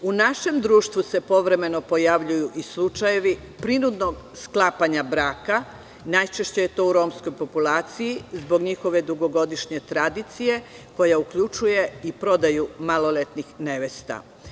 U našem društvu se povremeno pojavljuju i slučajevi prinudnog sklapanja braka, najčešće je to u romskoj populaciji, zbog njihove dugogodišnje tradicije koja uključuje i prodaju maloletnih nevesta.